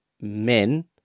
men